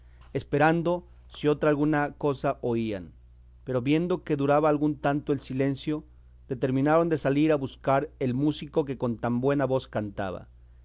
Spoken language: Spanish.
esperando si otra alguna cosa oían pero viendo que duraba algún tanto el silencio determinaron de salir a buscar el músico que con tan buena voz cantaba